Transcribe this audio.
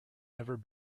never